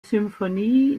symphonie